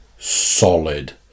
solid